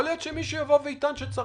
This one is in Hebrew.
יכול להיות שמישהו יבוא ויטען שצריך.